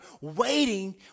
waiting